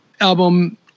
album